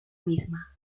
misma